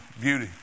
beauty